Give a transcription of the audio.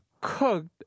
cooked